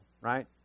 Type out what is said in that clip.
right